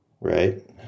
right